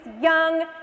young